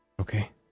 Okay